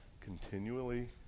continually